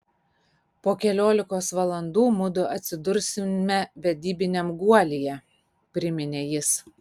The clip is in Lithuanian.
po keliolikos valandų mudu atsidursime vedybiniam guolyje priminė jis